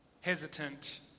hesitant